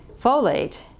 folate